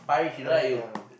I don't care one lah